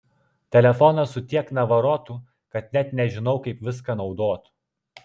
telefonas su tiek navarotų kad net nežinau kaip viską naudot